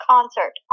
Concert